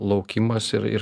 laukimas ir ir